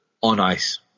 on-ice